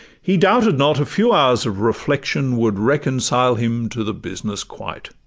he doubted not a few hours of reflection would reconcile him to the business quite